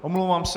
Omlouvám se.